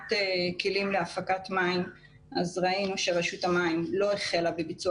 מבחינת כלים להפקת מים ראינו שרשות המים לא החלה בביצוע